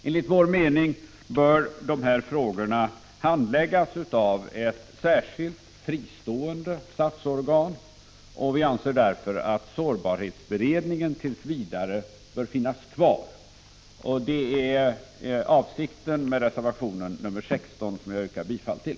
Enligt min mening bör de här frågorna handläggas av ett särskilt fristående statsorgan, och jag anser därför att sårbarhetsberedningen bör vara kvar tills vidare. Detta är avsikten med reservation 16, som jag yrkar bifall till.